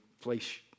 place